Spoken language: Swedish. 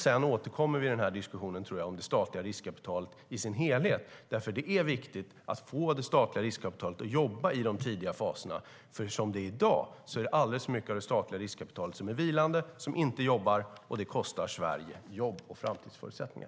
Sedan återkommer vi i den här diskussionen om det statliga riskkapitalet i dess helhet, för det är viktigt att få riskkapitalet att jobba i de tidiga faserna. Som det är i dag är det nämligen alldeles för mycket av det statliga riskkapitalet som är vilande och inte jobbar. Det kostar Sverige jobb och framtidsförutsättningar.